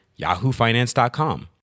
yahoofinance.com